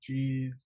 Jeez